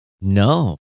No